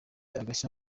agashya